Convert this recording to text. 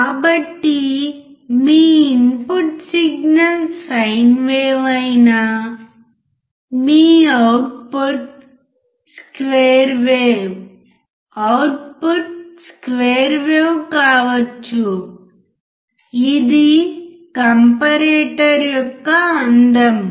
కాబట్టి మీ input signal sine wave అయినా మీ output square wave output square wave కావచ్చు ఇది కాంపారేటర్ యొక్క అందం